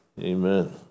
Amen